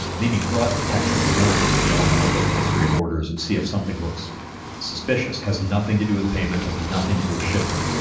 maybe fraud detection is another one. maybe i want to look at the history of orders and see if something looks suspicious. has nothing to do with payment. has nothing to do a shipment.